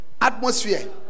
atmosphere